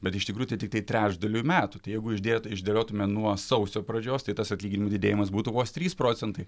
bet iš tikrųjų tai tiktai trečdaliui metų tai jeigu išdėt išdėliotume nuo sausio pradžios tai tas atlyginimų didėjimas būtų vos trys procentai